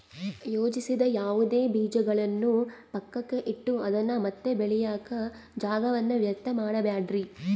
ಯೋಜಿಸದ ಯಾವುದೇ ಬೀಜಗಳನ್ನು ಪಕ್ಕಕ್ಕೆ ಇಟ್ಟು ಅದನ್ನ ಮತ್ತೆ ಬೆಳೆಯಾಕ ಜಾಗವನ್ನ ವ್ಯರ್ಥ ಮಾಡಬ್ಯಾಡ್ರಿ